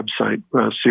website